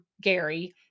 Gary